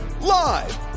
Live